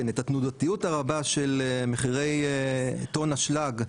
את התנודתיות הרבה של מחירי טון אשלג.